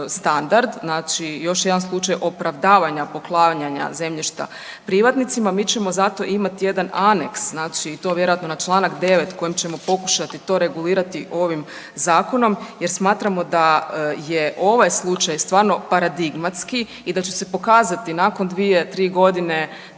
standard znači još jedan slučaj opravdavanja poklanjanja zemljišta privatnicima. Mi ćemo zato imati jedan aneks i to vjerojatno na čl.9. kojim ćemo pokušati to regulirati ovim zakonom jer smatramo da je ovaj slučaj stvarno paradigmatski i da će se pokazati nakon dvije, tri godine